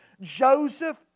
Joseph